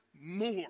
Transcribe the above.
more